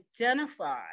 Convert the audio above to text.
identify